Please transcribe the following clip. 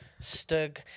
Stug